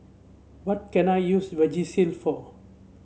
what can I use Vagisil for